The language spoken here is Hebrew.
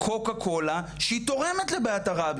קוקה קולה שהיא תורמת לבעיית הרעב,